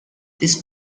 these